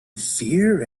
fear